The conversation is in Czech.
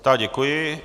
Já děkuji.